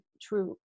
true